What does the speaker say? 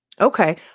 Okay